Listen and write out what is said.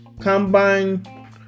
combine